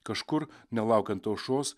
kažkur nelaukiant aušros